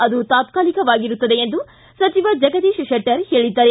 ಅದು ತಾತ್ಕಾಲಿಕವಾಗಿರುತ್ತದೆ ಎಂದು ಸಚಿವ ಜಗದೀಶ ಶೆಟ್ಟರ್ ಹೇಳಿದ್ದಾರೆ